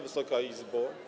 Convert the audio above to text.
Wysoka Izbo!